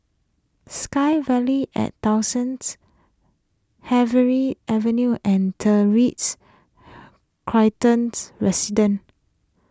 SkyVille at Dawson's Harvey Avenue and the Ritz Carlton's Resident